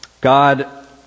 God